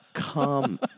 Come